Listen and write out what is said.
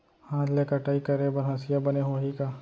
हाथ ले कटाई करे बर हसिया बने होही का?